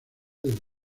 del